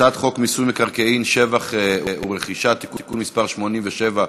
הצעת חוק מיסוי מקרקעין (שבח ורכישה) (תיקון מס' 87),